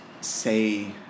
say